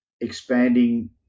expanding